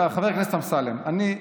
חבר הכנסת אמסלם, א.